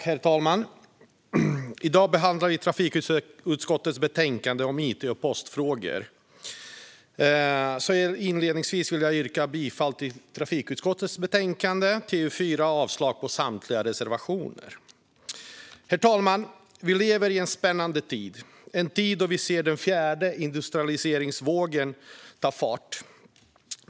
Herr talman! I dag behandlar vi trafikutskottets betänkande om it och postfrågor. Inledningsvis yrkar jag bifall till trafikutskottets förslag och avslag på samtliga reservationer. Herr talman! Vi lever i en spännande tid, en tid då vi ser den fjärde industrialiseringsvågen ta fart.